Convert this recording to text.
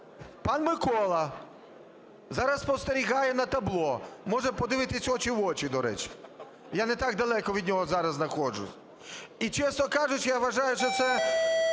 пан Микола, зараз спостерігає на табло, може подивитись очі в очі, до речі, я не так далеко від нього зараз знаходжусь. І, чесно кажучи, я вважаю, що це